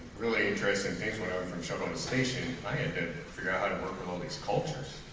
really interesting things when i was from shuttle to station i had to figure out how to work all these cultures